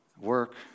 work